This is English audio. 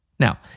Now